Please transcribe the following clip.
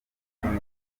umwaka